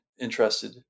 interested